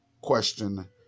question